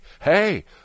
Hey